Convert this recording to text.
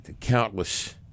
countless